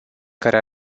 care